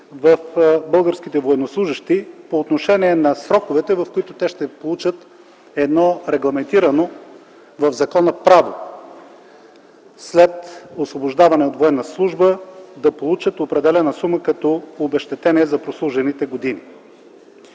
в българските военнослужещи по отношение на сроковете, в които те ще получат едно регламентирано в закона право – след освобождаване от военна служба да получат определена сума като обезщетение за прослужените години.